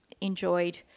enjoyed